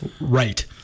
right